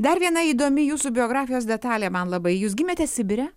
dar viena įdomi jūsų biografijos detalė man labai jūs gimėte sibire